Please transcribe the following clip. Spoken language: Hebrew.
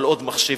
על עוד מחשבים,